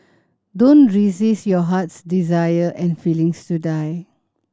don't resist your heart's desire and feelings to die